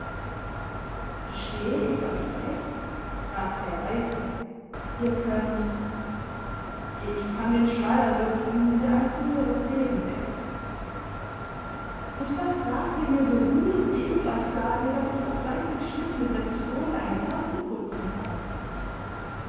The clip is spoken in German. verstehe ich euch recht fragte er eifrig ihr könnt ich kann den schleier lüften der ein früheres leben deckt und das sagt ihr mir so ruhig wie ich euch sage daß ich auf dreißig schritt mit der pistole eine kerze putzen kann